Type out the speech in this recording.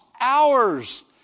hours